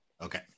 Okay